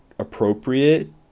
appropriate